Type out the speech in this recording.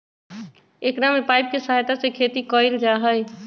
एकरा में पाइप के सहायता से खेती कइल जाहई